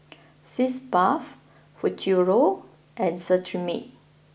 Sitz Bath Futuro and Cetrimide